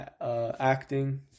acting